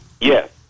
Yes